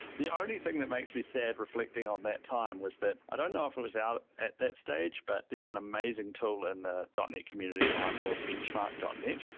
the only thing that makes me sad reflecting on that time was that i don't know if it was out at that stage, but there's an amazing tool in the net community now called benchark dot net,